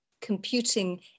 computing